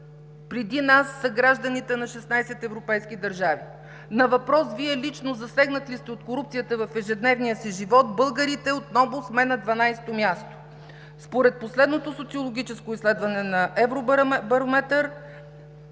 преди нас са гражданите на 16 европейски държави. На въпрос: „Вие лично засегнат ли сте от корупцията в ежедневния си живот?“ българите отново сме на 12-то място. Според последното социологическо изследване на „Евробарометър“